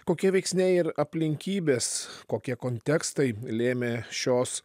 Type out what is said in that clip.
kokie veiksniai ir aplinkybės kokie kontekstai lėmė šios